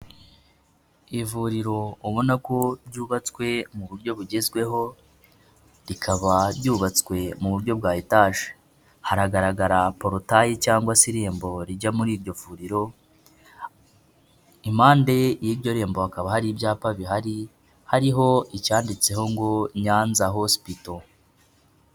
Ivuriro ubona ko ryubatswe mu buryo bugezweho, rikaba ryubatswe mu buryo bwa etaje. Haragaragara porotayi cyangwa se irembo rijya muri iryo vuriro, impande y'iryo rembo hakaba hari ibyapa bihari, hariho icyanditseho ngo Nyanza hospital.